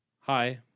Hi